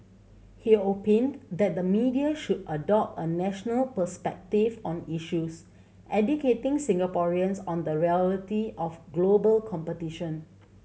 he opined that the media should adopt a national perspective on issues educating Singaporeans on the reality of global competition